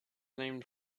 named